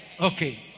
Okay